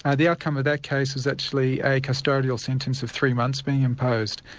ah the outcome of that case is actually a custodial sentence of three months being imposed.